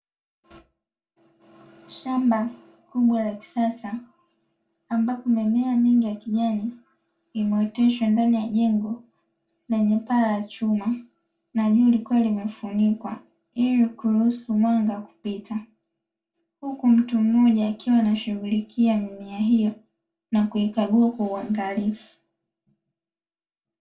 Shamba kubwa la kisasa, ambapo mimea mingi ya kijani imeoteshwa ndani ya jengo lenye paa la chuma na juu likiwa limefunikwa ili kuruhusu mwanga kupita, huku mtu mmoja akiwa anashughulikia mimea hiyo na kuikagua kwa uangalifu.